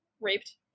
raped